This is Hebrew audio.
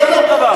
זה שום דבר.